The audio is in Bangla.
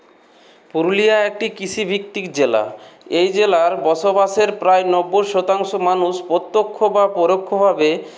পুরুলিয়া একটি কৃষিভিত্তিক জেলা এই জেলার বসবাসের প্রায় নব্বুই শতাংশ মানুষ প্রত্যক্ষ বা পরোক্ষভাবে